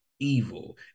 Evil